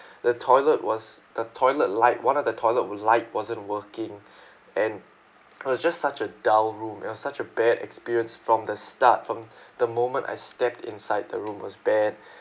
the toilet was the toilet like one of the toilet light wasn't working and it was just such a dull room it was such a bad experience from the start from the moment I stepped inside the room was bad